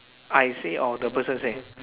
I say or the person say